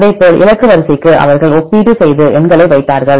அதேபோல் இலக்கு வரிசைக்கு அவர்கள் இந்த ஒப்பீடு செய்து எண்களை வைத்தார்கள்